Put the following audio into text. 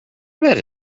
that